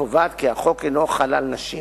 קובעת כי החוק אינו חל על נשים.